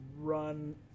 run